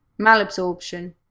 malabsorption